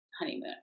honeymoon